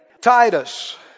Titus